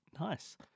Nice